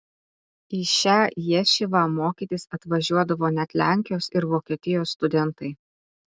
į šią ješivą mokytis atvažiuodavo net lenkijos ir vokietijos studentai